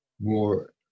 more